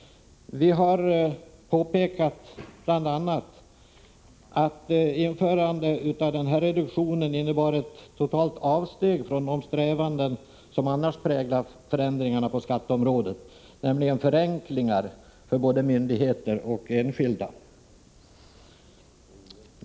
Vi har påpekat bl.a. att införande av denna reduktion innebar ett totalt avsteg från den strävan som annars präglat förändringarna på skatteområdet, nämligen förenklingar för både myndigheter och enskilda.